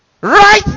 Right